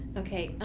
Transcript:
okay.